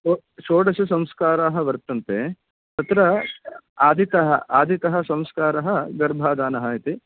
षोडशसंस्काराः वर्तन्ते तत्र आदितः आदितः संस्कारः गर्भाधानः इति